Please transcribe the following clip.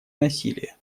насилие